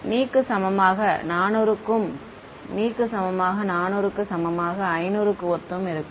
மாணவர் Ne க்கு சமமாக 400 க்கும் Ne க்கு சமமாக 400 க்கு சமமாக 500 க்கு ஒத்தும் இருக்கும்